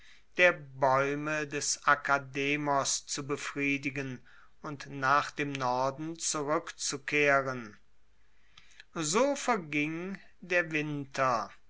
der baeume des akademos zu befriedigen und nach dem norden zurueckzukehren so verging der winter